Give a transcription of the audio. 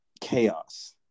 chaos